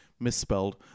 misspelled